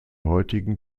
heutigen